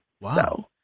Wow